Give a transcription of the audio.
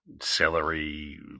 celery